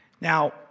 Now